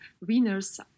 winners